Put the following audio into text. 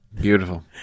Beautiful